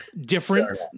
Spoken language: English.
different